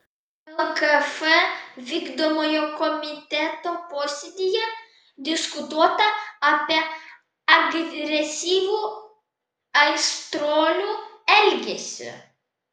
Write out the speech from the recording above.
lkf vykdomojo komiteto posėdyje diskutuota apie agresyvų aistruolių elgesį